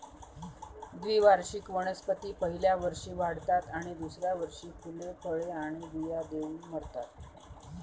द्विवार्षिक वनस्पती पहिल्या वर्षी वाढतात आणि दुसऱ्या वर्षी फुले, फळे आणि बिया देऊन मरतात